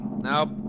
Nope